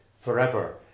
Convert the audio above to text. forever